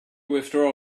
withdraw